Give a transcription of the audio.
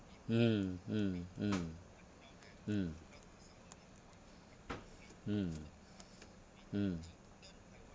mm mm mm mm mm mm